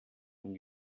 und